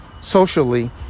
socially